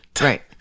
right